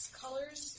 colors